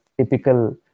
typical